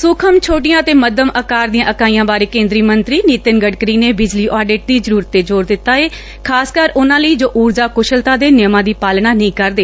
ਸੁਖਮ ਛੋਟੀਆਂ ਅਤੇ ਮੱਧਮ ਅਕਾਰ ਦੀਆਂ ਇਕਾਈਆਂ ਬਾਰੇ ਕੇਦਰੀ ਮੰਤਰੀ ਨਿਤਿਨ ਗਡਕਰੀ ਨੇ ਬਿਜਲੀ ਆਡਿਟ ਦੀ ਜ਼ਰੂਰਤ ਤੇ ਜ਼ੋਰ ਦਿਤਾ ਏ ਖਾਸ ਕਰ ਉਨੂਾ ਲਈ ਜੋ ਊਰਜਾ ਕੁਸ਼ਲਤਾ ਦੇ ਨਿਯਮਾਂ ਦੀ ਪਾਲਣਾ ਨਹੀ ਕਰਦੇ